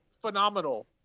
phenomenal